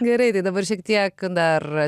gerai tai dabar šiek tiek dar